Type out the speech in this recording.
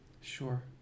Sure